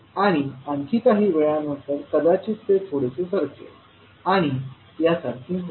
आणि आणखी काही वेळानंतर कदाचित ते थोडेसे सरकेल आणि यासारखे होईल